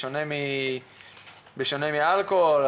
בשונה מאלכוהול,